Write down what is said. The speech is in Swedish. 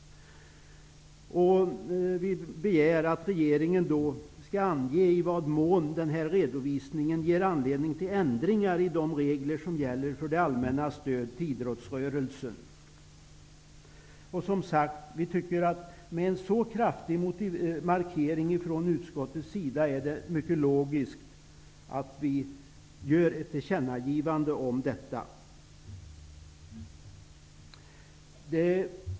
Vi begär att regeringen skall ange i vad mån redovisningen ger anledning till förändringar i de regler som gäller för det allmänna stödet till idrottsrörelsen. Med en så kraftig markering från utskottets sida är det logiskt att göra ett tillkännagivande.